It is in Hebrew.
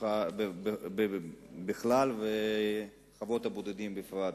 בכלל וחוות הבודדים בפרט.